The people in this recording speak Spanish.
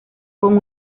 con